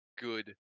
good